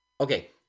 okay